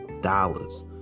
dollars